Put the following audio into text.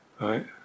right